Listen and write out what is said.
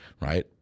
right